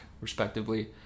respectively